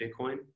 Bitcoin